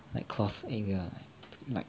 cloth eh wait ah like